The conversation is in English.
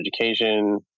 Education